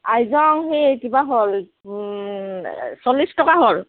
আইজং সেই কিবা হ'ল চল্লিছ টকা হ'ল